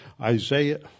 Isaiah